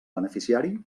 beneficiari